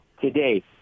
today